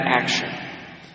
action